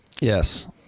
Yes